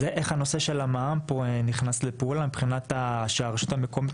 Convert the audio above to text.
אז איך הנושא של המע"מ פה נכנס לפעולה מבחינת שהרשות המקומית